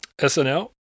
SNL